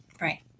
right